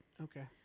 Okay